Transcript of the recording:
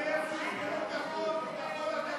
זה ימשיך להגדיל את החור התקציבי.